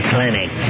Clinic